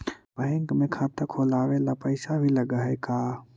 Bank में खाता खोलाबे ल पैसा भी लग है का?